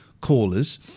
callers